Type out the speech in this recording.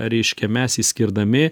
reiškia mes išskirdami